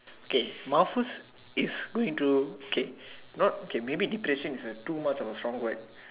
K mufflers is going to K not K maybe depression is a too much of a strong word